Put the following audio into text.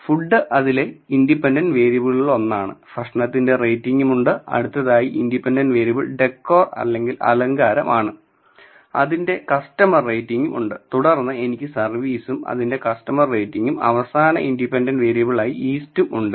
food അതിലെ independent വേരിയബിളുകളിലൊന്നാണ് ഭക്ഷണത്തിന്റെ റേറ്റിങ്ങും ഉണ്ട് അടുത്തതായി ഇൻഡിപെൻഡന്റ് വേരിയബിൾ ഡെക്കർ അലങ്കാരമാണ് ആണ് അതിന്റെ കസ്റ്റമർ റേറ്റിങ്ങും ഉണ്ട് തുടർന്ന് എനിക്ക് സർവീസും അതിന്റെ കസ്റ്റമർ റേറ്റിംഗും അവസാന ഇൻഡിപെൻഡന്റ് വേരിയബിൾ ആയി ഈസ്റ്റും ഉണ്ട്